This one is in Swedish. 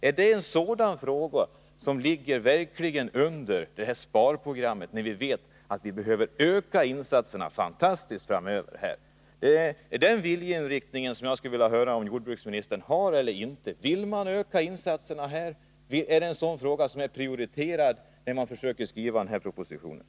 Är den frågan en sådan fråga som ligger under sparprogrammet, trots att vi vet att vi behöver öka våra insatser fantastiskt? Jag skulle vilja höra vilken viljeinriktning jordbruksministern har: Är det en sådan fråga som prioriteras när man skriver propositionen, vill man öka insatserna här?